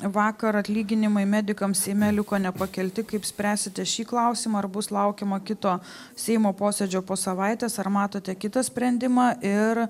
vakar atlyginimai medikams seime liko nepakelti kaip spręsite šį klausimą ar bus laukiama kito seimo posėdžio po savaitės ar matote kitą sprendimą ir